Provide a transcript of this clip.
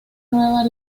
nueva